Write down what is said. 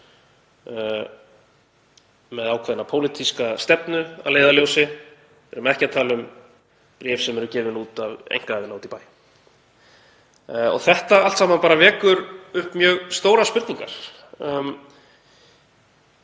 með ákveðna pólitíska stefnu að leiðarljósi. Við erum ekki að tala um bréf sem eru gefin út af einkaaðila úti í bæ. Þetta allt saman vekur mjög stórar spurningar.